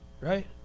Right